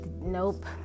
nope